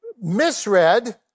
misread